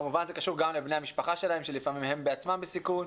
כמובן זה קשור גם לבני המשפחה שלהם שלפעמים הם בעצמם בסיכון.